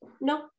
No